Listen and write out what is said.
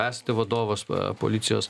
esate vadovas va policijos